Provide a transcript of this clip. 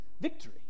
victory